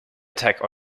attack